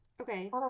Okay